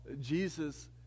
Jesus